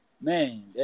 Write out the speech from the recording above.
man